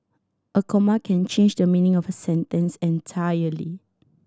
a comma can change the meaning of a sentence entirely